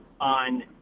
on